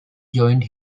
joined